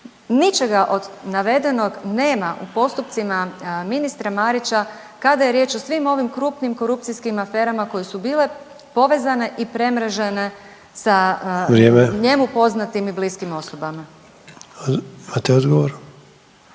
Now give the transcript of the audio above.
Ničega od navedenog nema u postupcima ministra Marića kada je riječ o svim ovim krupnim korupcijskim aferama koje su bile povezane i premrežene sa njemu poznatim i bliskim osobama. **Sanader,